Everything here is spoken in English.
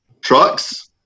trucks